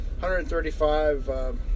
$135